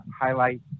highlight